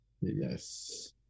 Yes